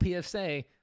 PSA